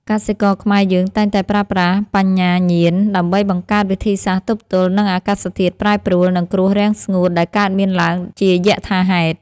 កសិករខ្មែរយើងតែងតែប្រើប្រាស់បញ្ញាញាណដើម្បីបង្កើតវិធីសាស្ត្រទប់ទល់នឹងអាកាសធាតុប្រែប្រួល និងគ្រោះរាំងស្ងួតដែលកើតមានឡើងជាយថាហេតុ។